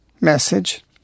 message